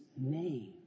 name